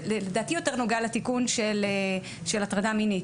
לדעתי זה יותר נוגע לתיקון של הטרדה מינית